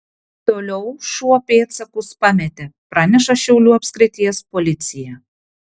toliau šuo pėdsakus pametė praneša šiaulių apskrities policija